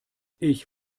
ich